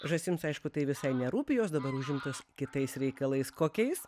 žąsims aišku tai visai nerūpi jos dabar užimtos kitais reikalais kokiais